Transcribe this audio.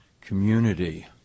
community